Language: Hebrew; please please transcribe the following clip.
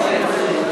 נתקבלה.